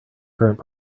current